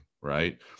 right